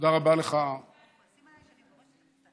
יודע, אורלי, אבל אני צריכה את העזרה של כולם.